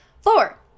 Four